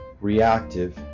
reactive